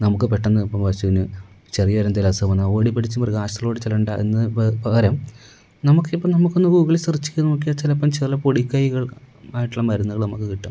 നമുക്ക് പെട്ടെന്ന് ഇപ്പം പശുവിന് ചെറിയൊരു എന്തെങ്കിലും അസുഖം വന്നാൽ ഓടിപ്പിടിച്ച് മൃഗാശുപത്രിയിലോട്ട് ചെല്ലേണ്ട എന്ന് പകരം നമുക്ക് ഇപ്പോൾ നമുക്ക് ഒന്ന് ഗൂഗിളിൽ സേർച്ച് ചെയ്ത് നോക്കിയാൽ ചിലപ്പം ചില പൊടി കൈകൾ ആയിട്ടുള്ള മരുന്നുകൾ നമുക്ക് കിട്ടും